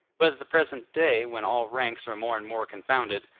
but at the present day, when all ranks are more and more confounded,